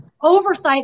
oversight